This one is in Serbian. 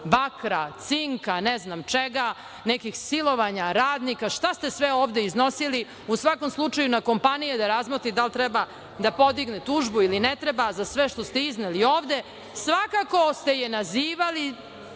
bakra, cinka, ne znam čega, nekih silovanja radnika, šta ste sve ovde iznosili, u svakom slučaju, na kompaniji je da razmotri da li treba da podigne tužbu ili ne treba za sve što ste izneli ovde. Svakako ste je nazivali